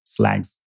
slags